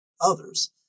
others